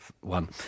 one